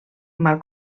mal